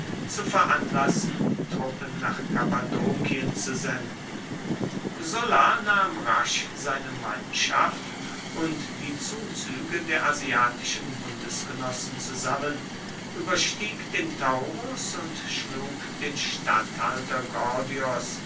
zu veranlassen truppen nach kappadokien zu senden sulla nahm rasch seine mannschaft und die zuzüge der asiatischen bundesgenossen zusammen überstieg den taurus und schlug den statthalter